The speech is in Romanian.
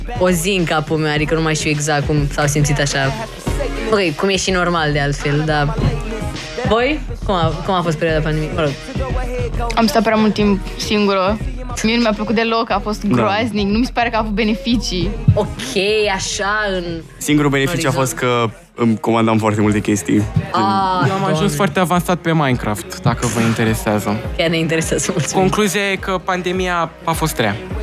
O zi în capul meu, adică nu mai știu exact cum s-au simțit așa. Ok, cum e și normal de altfel, dar- Voi? Cum a- cum a fost perioada pandemiei? Mă rog. Am stat prea mult timp singură. Mie nu mi-a plăcut deloc, a fost Da. groaznic, nu mi se pare că a avut beneficii. Ok, așa în- Singurul beneficiu a Exact. fost că îmi comandam foarte multe chestii. Ah, Eu am ajuns doamne. foarte avansat pe Minecraft, dacă vă interesează. Chiar ne interesează, mulțumim. Concluzia e că pandemia a fost rea.